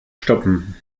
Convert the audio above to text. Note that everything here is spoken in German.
stoppen